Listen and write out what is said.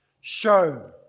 Show